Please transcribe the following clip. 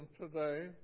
today